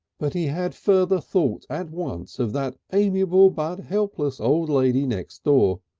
but he had further thought at once of that amiable but helpless old lady next door,